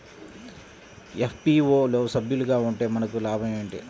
FPO లో సభ్యులుగా ఉంటే మనకు లాభం ఏమిటి?